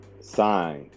signed